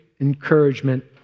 encouragement